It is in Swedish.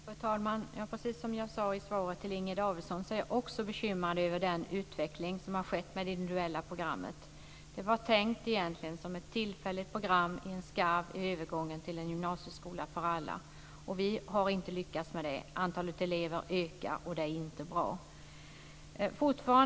Fru talman! Precis som jag sade i svaret till Inger Davidson så är jag också bekymrad över den utveckling som har skett med det individuella programmet. Det var egentligen tänkt som ett tillfälligt program i en skarv i övergången till en gymnasieskola för alla. Vi har inte lyckats med detta. Antalet elever ökar, och det är inte bra.